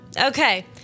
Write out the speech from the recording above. Okay